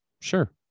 Sure